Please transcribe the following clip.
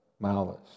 malice